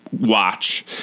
watch